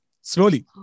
slowly